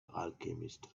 alchemist